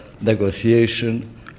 negotiation